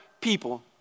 people